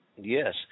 yes